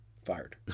Fired